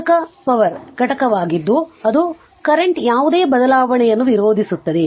ಪ್ರಚೋದಕವು power ಘಟಕವಾಗಿದ್ದು ಅದು current ಯಾವುದೇ ಬದಲಾವಣೆಯನ್ನು ವಿರೋಧಿಸುತ್ತದೆ